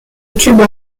cuba